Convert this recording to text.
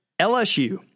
lsu